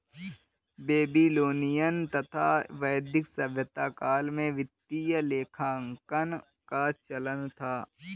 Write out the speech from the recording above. Babylonian तथा वैदिक सभ्यता काल में वित्तीय लेखांकन का चलन था